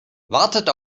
wartet